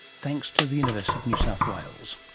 thanks to the university of new south wales